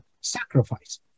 sacrifice